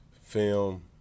film